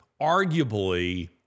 arguably